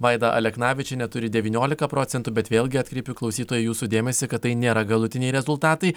vaida aleknavičienė turi devyniolika procentų bet vėlgi atkreipiu klausytojai jūsų dėmesį kad tai nėra galutiniai rezultatai